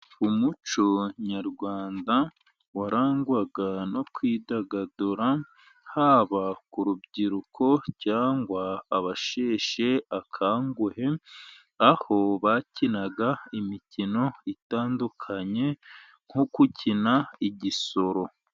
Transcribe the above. Umuco nyarwanda warangwaga no kwidagadura, haba ku rubyiruko cyangwa abasheshe akanguhe, aho bakinaga imikino itandukanye nko gukina igisoro.